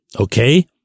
okay